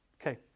Okay